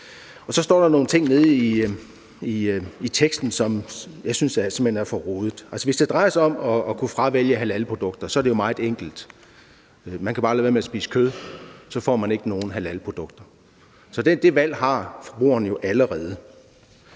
Så står der nogle ting nede i teksten, som jeg simpelt hen synes er for rodet. Hvis det drejer sig om at kunne fravælge halalprodukter, er det jo meget enkelt, for man kan bare lade være med at spise kød, så får man ikke nogen halalprodukter. Det valg har forbrugerne allerede.